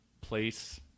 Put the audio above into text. place